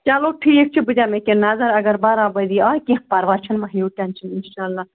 چلو ٹھیٖک چھُ بہٕ دِمہٕ یہِ کہِ نظراگر برابٔری آے کیٚنٛہہ پرواے چھُنہٕ مَہ ہیٚیِو ٹٮ۪نشن اِنشاللہ